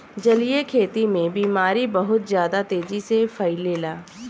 जलीय खेती में बीमारी बहुत ज्यादा तेजी से फइलेला